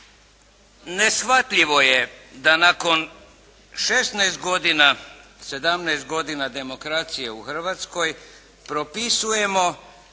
Neshvatljivo je da nakon 16 godina, 17 godina demokracije u Hrvatskoj propisujemo